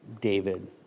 David